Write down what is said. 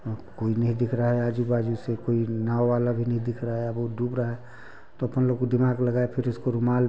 वहाँ कोई नहीं दिख रहा है आजू बाजू से कोई नाव वाला भी नहीं दिख रहा है अब वह डूब रहा है तो अपन लोग को दिमाग लगाए फिर उसको रुमाल